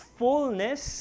fullness